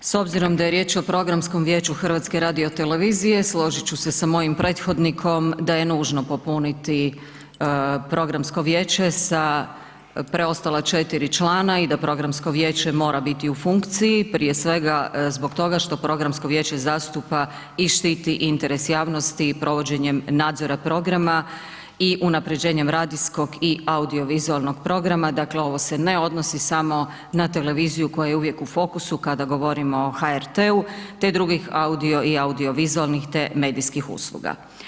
S obzirom da je riječ o Programskom vijeću HRT-a, složit ću se sa mojim prethodnikom da je nužno popuniti Programsko vijeće sa preostala 4 člana i da Programsko vijeće mora biti u funkciji, prije svega zbog toga što Programsko vijeće zastupa i štiti interes javnosti provođenjem nadzora programa i unaprjeđenjem radijskog i audiovizualnog programa, dakle ovo se ne odnosi samo na televiziju koja je uvijek u fokusu kada govorimo o HRT-u te drugih audio i audiovizualnih te medijskih usluga.